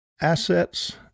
assets